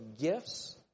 gifts